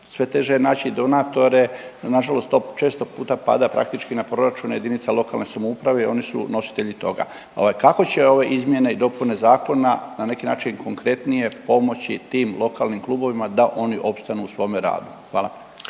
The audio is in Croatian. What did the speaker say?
sve teže je naći donatore, nažalost to često puta pada praktički na proračune jedinica lokalne samouprave i oni su nositelji toga. Ovaj kako će ove izmjene i dopune zakona na neki način konkretnije pomoći tim lokalnim klubovima da oni opstanu u svome radu? Hvala.